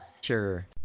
sure